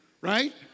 right